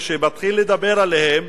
כשהוא מתחיל לדבר עליהם,